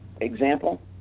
Example